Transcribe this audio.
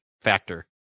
factor